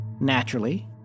Naturally